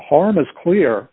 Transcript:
harm is clear